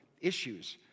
issues